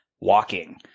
walking